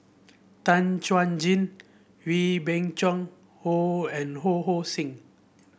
Tan Chuan Jin Wee Beng Chong Ho and Ho Hong Sing